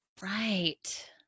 Right